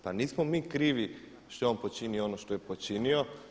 Pa nismo mi krivi što je on počinio ono što je počinio.